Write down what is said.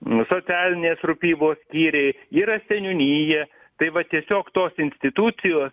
nu socialinės rūpybos skyriai yra seniūnija tai va tiesiog tos institucijos